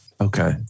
Okay